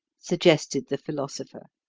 suggested the philosopher.